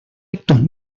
efectos